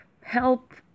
help